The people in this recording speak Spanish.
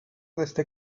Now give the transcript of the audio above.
desde